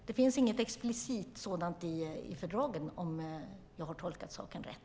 Det finns inget explicit sådant i fördragen, om jag har tolkat saken rätt.